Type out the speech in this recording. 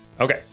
Okay